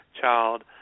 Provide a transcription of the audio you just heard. child